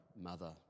mother